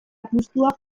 apustua